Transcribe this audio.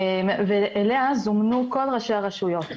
ואליה זומנו כל ראשי הרשויות,